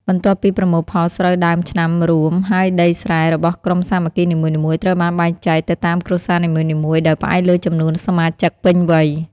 បន្ទាប់ពីប្រមូលផលស្រូវដើមឆ្នាំរួម ហើយដីស្រែរបស់ក្រុមសាមគ្គីនីមួយៗត្រូវបានបែងចែកទៅតាមគ្រួសារនីមួយៗ ដោយផ្អែកលើចំនួនសមាជិកពេញវ័យ។